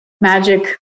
magic